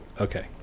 Okay